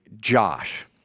Josh